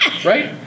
Right